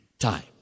time